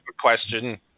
question